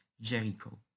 Jericho